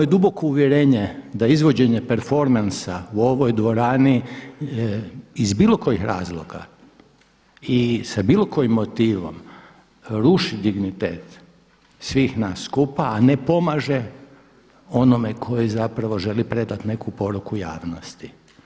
Moje duboko uvjerenje da izvođenje performansa u ovoj dvorani iz bilo kojih razloga i sa bilo kojim motivom, ruši dignitet svih nas skupa, a ne pomaže onome koji zapravo želi predati neku poruku javnosti.